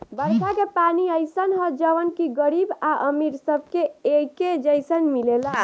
बरखा के पानी अइसन ह जवन की गरीब आ अमीर सबके एके जईसन मिलेला